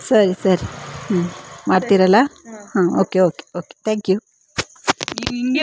ಸರಿ ಸರಿ ಮಾಡ್ತೀರಲ್ಲ okay okay okay thank you